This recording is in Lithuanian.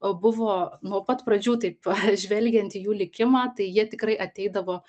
buvo nuo pat pradžių taip žvelgiant į jų likimą tai jie tikrai ateidavo